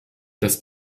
dass